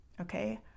Okay